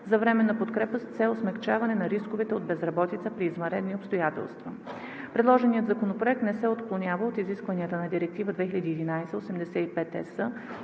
за временна подкрепа с цел смекчаване на рисковете от безработица при извънредни обстоятелства. Предложеният законопроект не се отклонява от изискванията на Директива 2011/85/ЕС